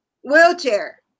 wheelchair